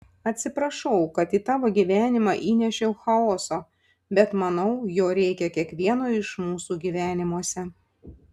atsiprašau kad į tavo gyvenimą įnešiau chaoso bet manau jo reikia kiekvieno iš mūsų gyvenimuose